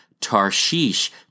Tarshish